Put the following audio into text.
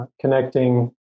connecting